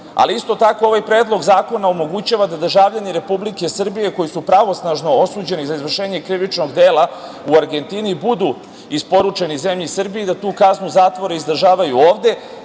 Ali, isto tako ovaj Predlog zakona omogućava da državljani Republike Srbije koji su pravosnažno osuđeni za izvršenje krivičnog dela u Argentini budu isporučeni zemlji Srbiji i da tu kaznu zatvora izdržavaju ovde,